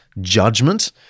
judgment